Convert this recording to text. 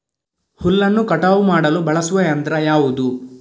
ಹುಲ್ಲನ್ನು ಕಟಾವು ಮಾಡಲು ಬಳಸುವ ಯಂತ್ರ ಯಾವುದು?